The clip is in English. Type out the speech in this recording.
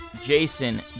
Jason